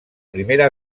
primera